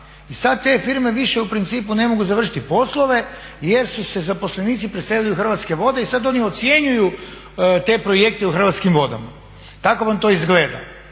I sad te firme više u principu ne mogu završiti poslove jer su se zaposlenici preselili u Hrvatske vode i sad oni ocjenjuju te projekte u Hrvatskim vodama, tako vam to izgleda,